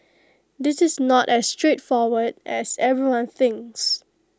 this is not as straightforward as everyone thinks